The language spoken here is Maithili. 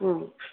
हँ